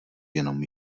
jenom